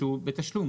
שהוא בתשלום,